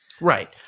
Right